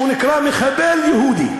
שהוא נקרא מחבל יהודי,